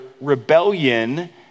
rebellion